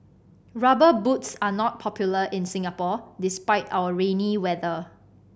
Rubber Boots are not popular in Singapore despite our rainy weather